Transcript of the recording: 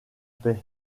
paix